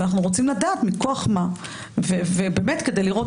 אבל אנו רוצים לדעת מכוח מה כדי לראות